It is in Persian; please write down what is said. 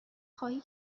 خواهی